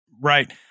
right